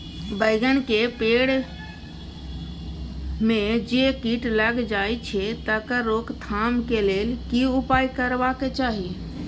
बैंगन के पेड़ म जे कीट लग जाय छै तकर रोक थाम के लेल की उपाय करबा के चाही?